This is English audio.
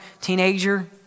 teenager